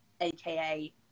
aka